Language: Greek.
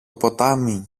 ποτάμι